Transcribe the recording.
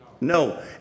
No